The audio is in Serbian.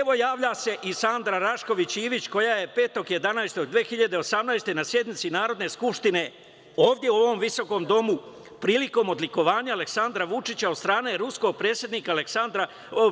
Evo, javlja se i Sanda Rašković Ivić koja je 5. novembra 2018. godine na sednici Narodne skupštine, ovde u ovom visokom domu, prilikom odlikovanja Aleksandra Vučića od strane ruskog predsednika,